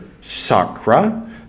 Sakra